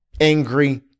angry